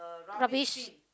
rubbish